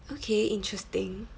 okay interesting